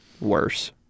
worse